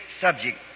subject